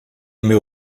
meu